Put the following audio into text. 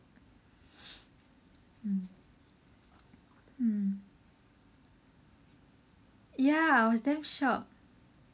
mm mm ya I was damn shocked